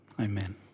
Amen